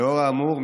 נוכח האמור,